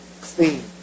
clean